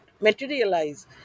materialize